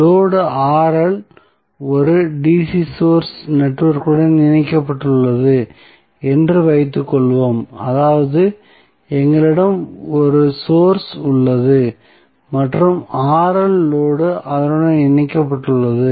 load ஒரு dc source நெட்வொர்க்குடன் இணைக்கப்பட்டுள்ளது என்று வைத்துக் கொள்வோம் அதாவது எங்களிடம் ஒரு சோர்ஸ் உள்ளது மற்றும் லோடு அதனுடன் இணைக்கப்பட்டுள்ளது